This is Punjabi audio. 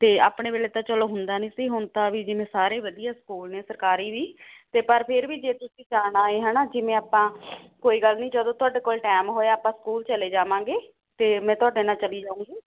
ਅਤੇ ਆਪਣੇ ਵੇਲੇ ਤਾਂ ਚਲੋ ਹੁੰਦਾ ਨਹੀਂ ਸੀ ਹੁਣ ਤਾਂ ਵੀ ਜਿਵੇਂ ਸਾਰੇ ਵਧੀਆ ਸਕੂਲ ਨੇ ਸਰਕਾਰੀ ਵੀ ਅਤੇ ਪਰ ਫਿਰ ਵੀ ਜੇ ਤੁਸੀਂ ਜਾਣਾ ਹੈ ਹੈਨਾ ਜਿਵੇਂ ਆਪਾਂ ਕੋਈ ਗੱਲ ਨਹੀਂ ਜਦੋਂ ਤੁਹਾਡੇ ਕੋਲ ਟੈਮ ਹੋਇਆ ਆਪਾਂ ਸਕੂਲ ਚਲੇ ਜਾਵਾਂਗੇ ਅਤੇ ਮੈਂ ਤੁਹਾਡੇ ਨਾਲ ਚਲੀ ਜਾਊਂਗੀ